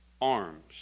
arms